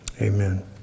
Amen